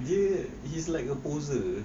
dia he is like a poser